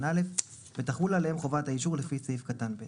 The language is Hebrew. א' ותחול עליהם חובת האישור לפי סעיף קטן ב'.